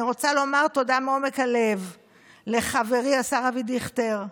אני רוצה לומר תודה מעומק הלב לחברי השר אבי דיכטר,